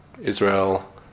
Israel